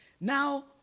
now